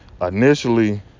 initially